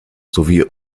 sowie